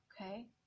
okay